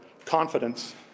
Confidence